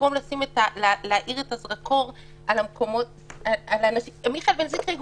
במקום להאיר את הזרקור על אנשים כמו מיכאל בן זיקרי,